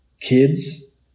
kids